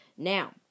Now